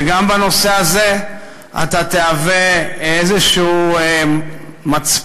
שגם בנושא הזה אתה תהווה איזה מצפן,